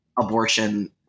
abortion